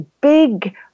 big